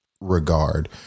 regard